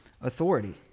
authority